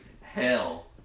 hell